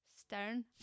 stern